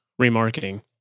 remarketing